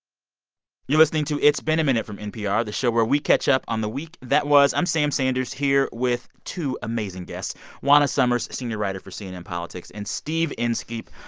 you're listening to it's been a minute from npr, the show where we catch up on the week that was. i'm sam sanders here with two amazing guests juana summers, senior writer for cnn politics, and steve inskeep,